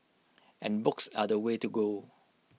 and books are the way to go